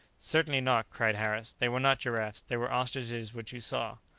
certainly not, cried harris they were not giraffes, they were ostriches which you saw!